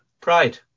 Pride